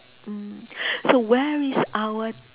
mm so where is our